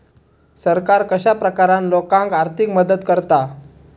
सरकार कश्या प्रकारान लोकांक आर्थिक मदत करता?